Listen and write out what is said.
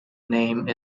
name